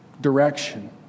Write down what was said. direction